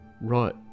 Right